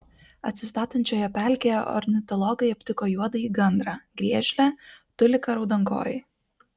atsistatančioje pelkėje ornitologai aptiko juodąjį gandrą griežlę tuliką raudonkojį